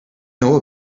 know